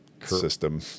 system